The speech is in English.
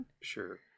Sure